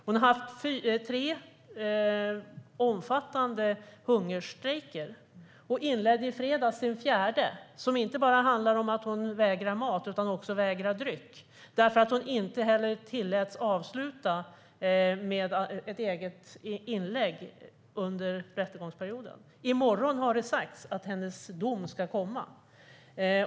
Hon har genomfört tre omfattande hungerstrejker och inledde i fredags sin fjärde - hon vägrar inte bara mat utan också dryck - på grund av att hon inte tilläts avsluta rättegångsperioden med ett eget inlägg. I morgon har det sagts att hennes dom ska komma.